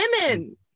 women